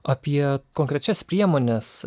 apie konkrečias priemones